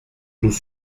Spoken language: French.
nous